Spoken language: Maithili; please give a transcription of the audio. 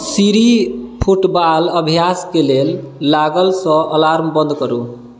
सिरी फुटबाल अभ्यासके लेल लागलसँ अलार्म बंद करु